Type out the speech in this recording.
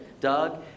Doug